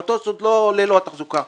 המטוס עוד ללא התחזוקה.